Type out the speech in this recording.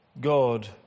God